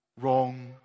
wrong